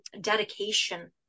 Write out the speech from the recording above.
dedication